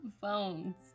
phones